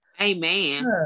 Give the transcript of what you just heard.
Amen